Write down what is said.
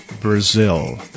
Brazil